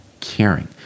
caring